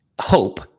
hope